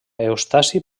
eustaci